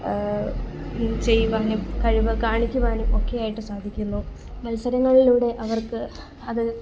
win ചെയ്യുവാനും കഴിവ് കാണിക്കുവാനും ഒക്കെയായിട്ട് സാധിക്കുന്നു മത്സരങ്ങളിലൂടെ അവർക്ക് അത്